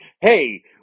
hey